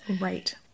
Right